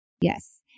Yes